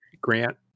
grant